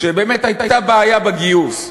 שבאמת הייתה בעיה בגיוס,